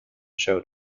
show